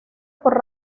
por